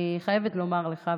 אני חייבת לומר לך,